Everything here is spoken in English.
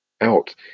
out